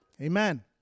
Amen